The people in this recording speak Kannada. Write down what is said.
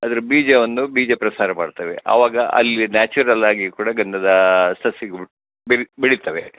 ಅದ್ರ ಬೀಜವನ್ನು ಬೀಜ ಪ್ರಸಾರ ಮಾಡ್ತವೆ ಆವಾಗ ಅಲ್ಲಿ ನ್ಯಾಚುರಲಾಗಿ ಕೂಡ ಗಂಧದಾ ಸಸಿಗಳು ಬೆರ್ ಬೆಳಿತವೆ